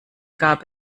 gab